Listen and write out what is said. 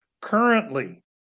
Currently